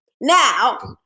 Now